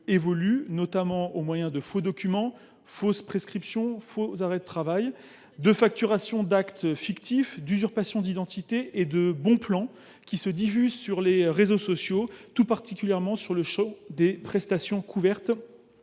évoluent, notamment au moyen de faux documents – fausses prescriptions et faux arrêts de travail –, de facturations d’actes fictifs, d’usurpations d’identité et de « bons plans » qui se diffusent sur les réseaux sociaux, tout particulièrement dans le champ des prestations couvertes